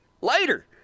Later